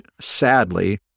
sadly